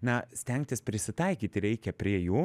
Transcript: na stengtis prisitaikyti reikia prie jų